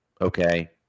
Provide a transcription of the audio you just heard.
okay